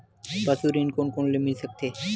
पशु ऋण कोन कोन ल मिल सकथे?